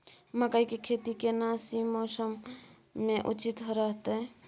मकई के खेती केना सी मौसम मे उचित रहतय?